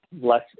less –